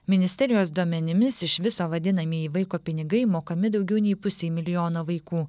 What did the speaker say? ministerijos duomenimis iš viso vadinamieji vaiko pinigai mokami daugiau nei pusei milijono vaikų